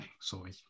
sorry